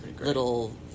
little